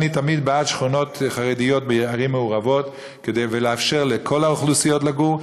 אני תמיד בעד שכונות חרדיות בערים מעורבות ולאפשר לכל האוכלוסיות לגור,